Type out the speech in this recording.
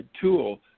tool